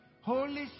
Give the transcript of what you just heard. Holy